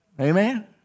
Amen